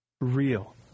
Real